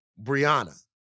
Brianna